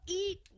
eat